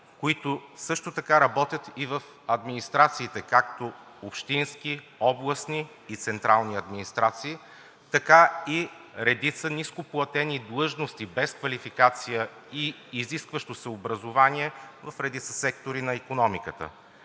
които също така работят и в администрациите – както общински, областни и централни, така и редица нископлатени длъжности без квалификация и изискващо се образование в редица сектори на икономиката.